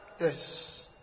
Yes